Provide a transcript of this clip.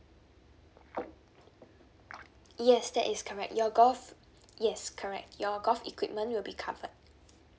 yes that is correct your golf yes correct your golf equipment will be covered